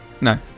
No